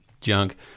junk